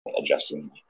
adjusting